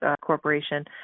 corporation